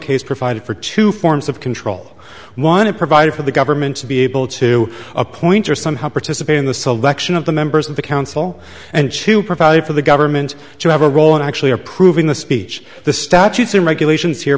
case provided for two forms of control one is provided for the government to be able to appoint or somehow participate in the selection of the members of the council and chew provided for the government to have a role in actually approving the speech the statutes and regulations here